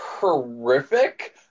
horrific